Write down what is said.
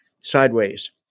sideways